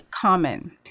common